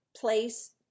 place